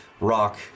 rock